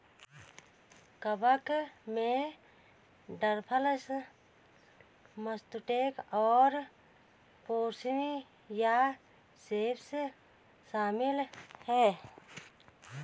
कवक में truffles, matsutake और पोर्सिनी या सेप्स शामिल हैं